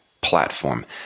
platform